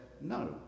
no